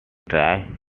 dry